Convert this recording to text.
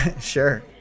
sure